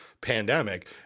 pandemic